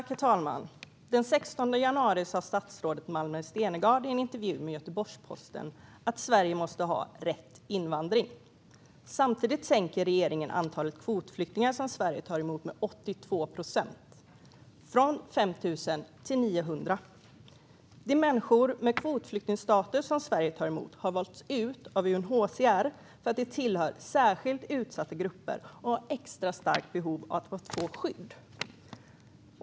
Herr talman! Den 16 januari sa statsrådet Malmer Stenergard i en intervju med Göteborgs-Posten att Sverige måste ha rätt invandring. Samtidigt minskar regeringen antalet kvotflyktingar som Sverige tar emot med 82 procent, från 5 000 till 900. De människor med kvotflyktingstatus som Sverige tar emot har valts ut av UNHCR för att de tillhör särskilt utsatta grupper och har extra starkt behov av att få skydd.